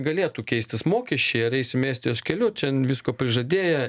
galėtų keistis mokesčiai ar eisim estijos keliu čia visko prižadėję